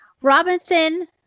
Robinson